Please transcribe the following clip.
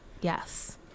yes